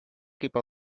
keep